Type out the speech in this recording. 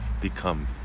become